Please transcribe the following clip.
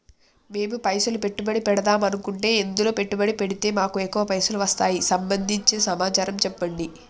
మేము పైసలు పెట్టుబడి పెడదాం అనుకుంటే ఎందులో పెట్టుబడి పెడితే మాకు ఎక్కువ పైసలు వస్తాయి సంబంధించిన సమాచారం చెప్పండి?